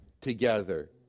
together